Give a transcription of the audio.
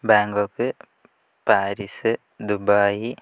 Bangkok Paris Dubai